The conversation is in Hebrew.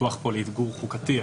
פתוח כאן לערעור חוקתי,